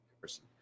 person